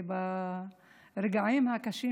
וברגעים הקשים,